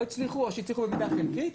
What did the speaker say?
או שהצליחו במידה חלקית,